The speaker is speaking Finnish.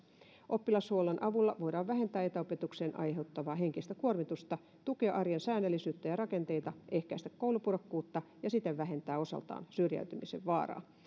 oppilashuollon avulla voidaan vähentää etäopetuksen aiheuttamaa henkistä kuormitusta tukea arjen säännöllisyyttä ja rakenteita ehkäistä koulupudokkuutta ja siten vähentää osaltaan syrjäytymisen vaaraa